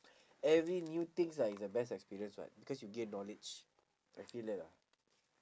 every new things ah is a best experience [what] because you gain knowledge I feel that lah